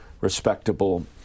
respectable